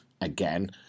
again